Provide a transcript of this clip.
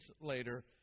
later